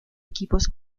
equipos